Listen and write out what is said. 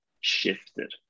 shifted